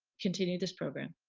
continue this program.